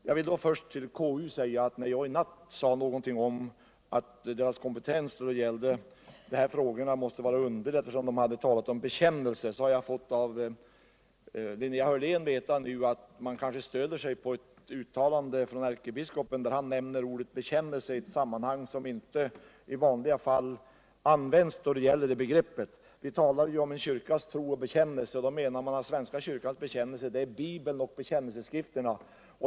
Jag vill först till KU säga, beträffande det jag i natt sade om att deras handläggning av denna fråga var underlig, eftersom de hade talat om begreppet bekännelse, att jag av Linnea Hörlén nu fått veta att man kanske stöder sig på eu uttalande från ärkebiskopen, där han nämner ordet bekännelse i ett sammanhang som det inte i vanliga fall används i. Vi talar om en kyrkas tro och bekännelse. Och då menar vi att svenska kyrkans bekännelse är Bibeln och bekännelseskrifterna.